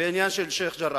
בעניין של שיח'-ג'ראח.